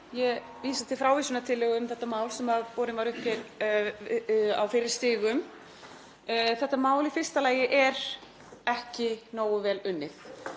Ég vísa til frávísunartillögu um þetta mál sem borin var upp á fyrri stigum. Þetta mál er í fyrsta lagi ekki nógu vel unnið.